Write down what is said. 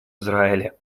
израиле